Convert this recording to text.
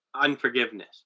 unforgiveness